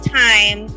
time